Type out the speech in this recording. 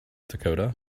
dakota